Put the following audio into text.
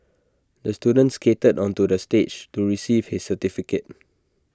the student skated onto the stage to receive his certificate